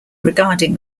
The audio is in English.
regarding